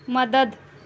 مدد